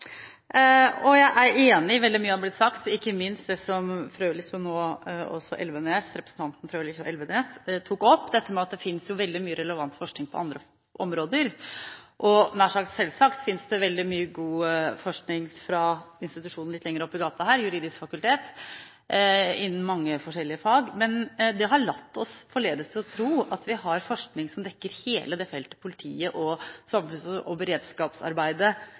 og Elvenes tok opp, dette med at det finnes veldig mye relevant forskning på andre områder. Selvsagt finnes det veldig mye god forskning fra institusjonen litt lenger opp i gata her, Det juridiske fakultet, innen mange forskjellige fag. Men det har forledet oss til å tro at vi har forskning som dekker hele det feltet som politiet og samfunns- og beredskapsarbeidet